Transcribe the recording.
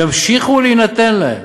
ימשיכו להינתן להם.